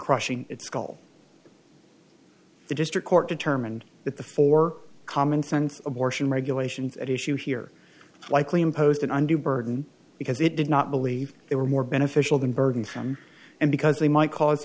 crushing its goal the district court determined that the four commonsense abortion regulations at issue here likely imposed an undue burden because it did not believe they were more beneficial than burden from and because they might cause